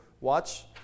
watch